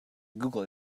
google